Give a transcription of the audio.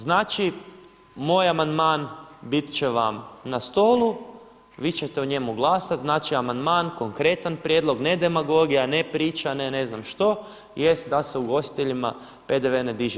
Znači moj amandman bit će vam na stolu, vi ćete o njemu glasati, znači amandman konkretan prijedlog, ne demagogija, ne priča ne ne znam što jest da se ugostiteljima PDV ne diže.